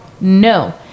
no